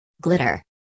Glitter